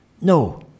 no